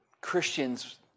Christians